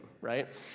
right